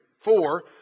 Four